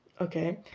Okay